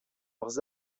leurs